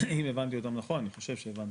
אם הבנתי אותם נכון, אני חושב שהבנתי.